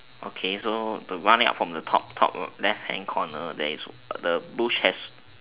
okay so the running up from the top top left hand corner there is a the bush has